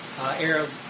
Arab